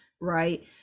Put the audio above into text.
right